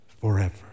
Forever